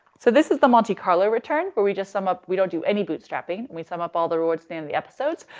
so this is the monte carlo return, where we just sum up, we don't do any bootstrapping, and we sum up all the rewards the and the episodes.